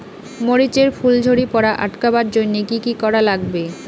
মরিচ এর ফুল ঝড়ি পড়া আটকাবার জইন্যে কি কি করা লাগবে?